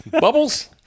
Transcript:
Bubbles